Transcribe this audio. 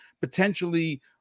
potentially